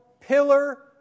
pillar